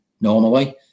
normally